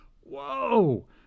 whoa